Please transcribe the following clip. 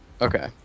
okay